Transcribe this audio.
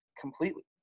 completely